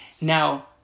Now